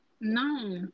no